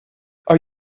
are